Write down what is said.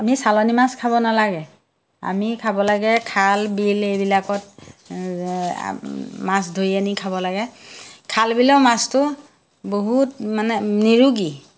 আমি চালানী মাছ খাব নালাগে আমি খাব লাগে খাল বিল এইবিলাকত মাছ ধৰি আনি খাব লাগে খাল বিলৰ মাছটো বহুত মানে নিৰোগী